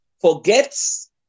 forgets